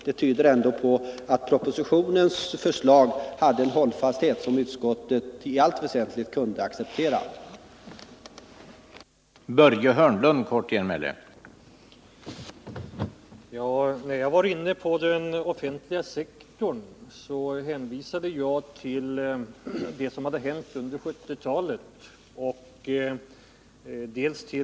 Det tyder på att propositionen hade en stor hållfasthet; utskottet kunde i allt väsentligt acceptera den.